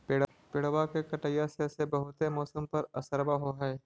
पेड़बा के कटईया से से बहुते मौसमा पर असरबा हो है?